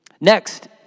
Next